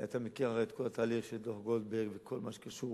אתה מכיר את כל התהליך של דוח-גולדברג וכל מה שקשור